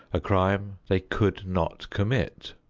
a crime they could not commit.